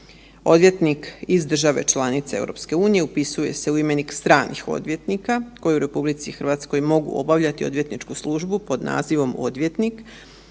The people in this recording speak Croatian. Odvjetnik iz države članice EU upisuje se u imenik stranih odvjetnika koji u RH mogu obavljati odvjetničku službu pod nazivom „odvjetnik“,